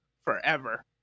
forever